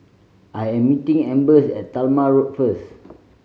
I am meeting Ambers at Talma Road first